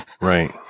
Right